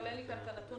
אבל אין לי כאן את הנתון,